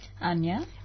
Anya